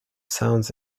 sounds